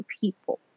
people